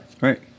Right